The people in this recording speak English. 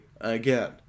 again